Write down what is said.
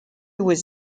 was